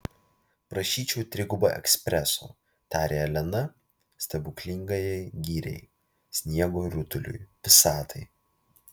prašyčiau trigubą ekspreso tarė elena stebuklingajai giriai sniego rutuliui visatai